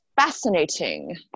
fascinating